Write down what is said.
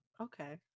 Okay